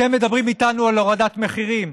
אתם מדברים איתנו על הורדת מחירים.